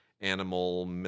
animal